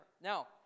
Now